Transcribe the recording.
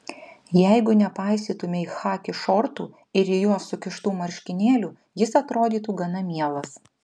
jeigu nepaisytumei chaki šortų ir į juos sukištų marškinėlių jis atrodytų gana mielas